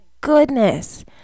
goodness